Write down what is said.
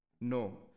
No